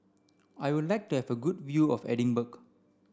I would like to have a good view of Edinburgh